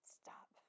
stop